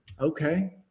okay